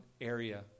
area